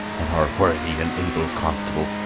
on our worthy and able constable,